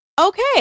okay